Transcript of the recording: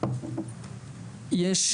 יש